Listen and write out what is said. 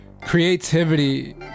Creativity